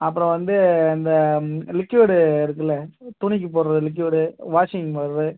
அப்புறம் வந்து அந்த லிக்யூடு இருக்கில்ல துணிக்கு போடுகிற லிக்யூடு வாஷிங் பவுட்ரு